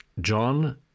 John